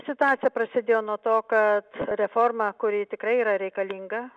situacija prasidėjo nuo to kad reforma kuri tikrai yra reikalinga